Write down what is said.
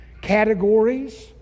categories